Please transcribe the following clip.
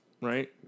right